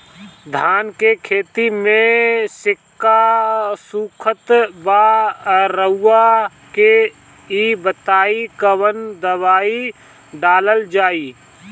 धान के खेती में सिक्का सुखत बा रउआ के ई बताईं कवन दवाइ डालल जाई?